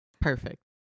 Perfect